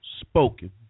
spoken